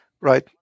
right